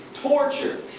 torture,